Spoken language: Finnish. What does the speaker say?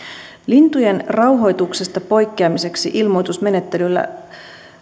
lintujen rauhoituksesta poikkeamiseksi ilmoitusmenettelyllä